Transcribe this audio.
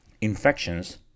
infections